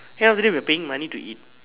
then after that we're paying money to eat